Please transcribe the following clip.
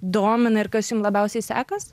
domina ir kas jum labiausiai sekas